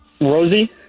Rosie